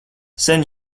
sen